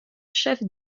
chef